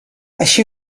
així